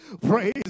Praise